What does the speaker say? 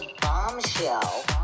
bombshell